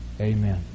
Amen